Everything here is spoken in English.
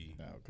Okay